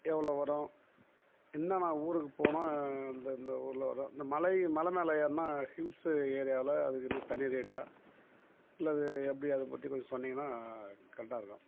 எவ்வளோ வரும் என்னென்ன ஊருக்கு போனால் இந்தந்த ஊரில் வரும் இந்த மலை மலை மேலே ஏறினா ஹீல்ஸு ஏரியாவில் அதுக்கு இன்னும் தனி ரேட்டா இல்லை அது எப்படி அதை பற்றி கொஞ்சம் சொன்னீங்கன்னா கரெட்டாக இருக்கும்